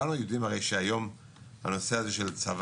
אני רק אמרתי שמאחר שאנחנו מכירים את המציאות ומאחר שלפחות